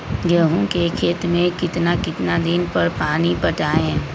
गेंहू के खेत मे कितना कितना दिन पर पानी पटाये?